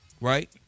right